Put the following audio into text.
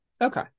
okay